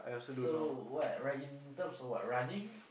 so what like in terms of what running